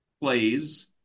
plays